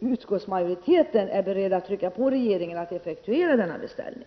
utskottsmajoriteten är beredd att trycka på så att regeringen effektuerar denna beställning.